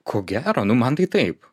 ko gero nu man tai taip